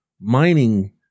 mining